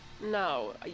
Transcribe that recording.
No